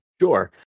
Sure